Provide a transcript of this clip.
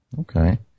Okay